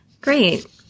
Great